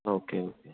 okay okay